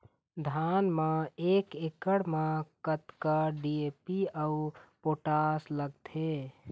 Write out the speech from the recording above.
धान म एक एकड़ म कतका डी.ए.पी अऊ पोटास लगथे?